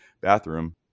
bathroom